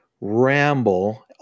ramble